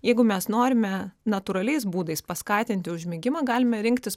jeigu mes norime natūraliais būdais paskatinti užmigimą galime rinktis